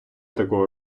такого